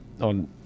on